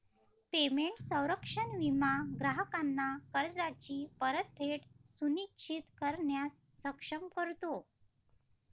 payment संरक्षण विमा ग्राहकांना कर्जाची परतफेड सुनिश्चित करण्यास सक्षम करतो